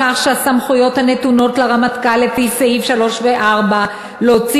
מדובר על כך שהסמכויות הנתונות לרמטכ"ל לפי סעיפים 3 ו-4 להוציא